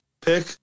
pick